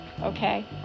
okay